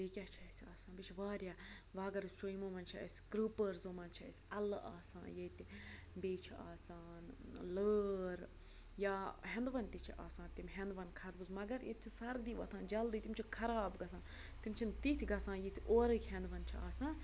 بیٚیہِ کیٛاہ چھُ اَسہِ آسان بیٚیہِ چھِ واریاہ وۄنۍ اَگر أسۍ وُچھو یِمو مَنٛز چھِ اَسہِ مَنٛز چھِ اَسہِ اَلہٕ آسان ییٚتہِ بیٚیہِ چھُ آسان لٲر یا ہینٛدوینٛد تہِ چھِ آسان تِم ہیندونٛد خربُز مگر ییٚتہِ چھِ سردی وۄتھان جلدی تِم چھِ خراب گژھان تِم چھِنہٕ تِتھۍ گژھان ییتہِ اورٕکۍ ہیندوینٛد چھِ آسان